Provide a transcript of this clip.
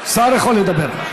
יכול לדבר.